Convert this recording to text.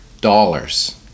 dollars